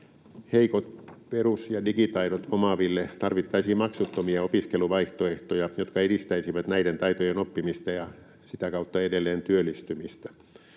Heikot perus- ja digitaidot omaaville tarvittaisiin maksuttomia opiskeluvaihtoehtoja, jotka edistäisivät näiden taitojen oppimista ja sitä kautta edelleen työllistymistä.